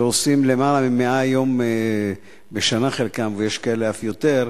שעושים יותר מ-100 יום בשנה, ויש כאלה אף יותר,